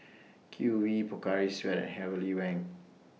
Q V Pocari Sweat and Heavenly Wang